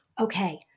okay